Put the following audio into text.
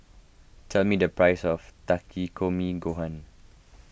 tell me the price of Takikomi Gohan